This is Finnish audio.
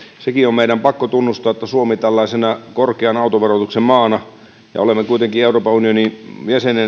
sekin on meidän pakko tunnustaa että suomi on tällainen korkean autoverotuksen maa ja olemme kuitenkin euroopan unionin